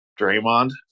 Draymond